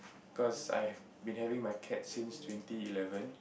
cause I have been having my cat since twenty eleven